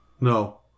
No